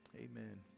Amen